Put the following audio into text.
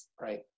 Right